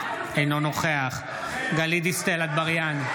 אינו נוכח חבר הכנסת